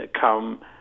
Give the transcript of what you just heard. come